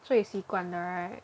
so you 习惯的 right